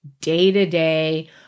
day-to-day